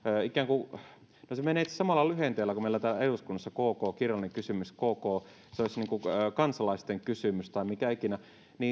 ikään kuin no se menee tällä samalla lyhenteellä kuin meillä täällä eduskunnassa kk kirjallinen kysymys kk se olisi niin kuin kansalaisten kysymys tai mitä ikinä